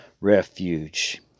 refuge